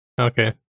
Okay